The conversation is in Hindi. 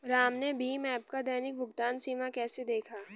राम ने भीम ऐप का दैनिक भुगतान सीमा कैसे देखा?